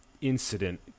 incident